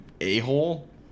a-hole